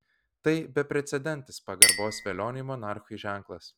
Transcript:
tai beprecedentis pagarbos velioniui monarchui ženklas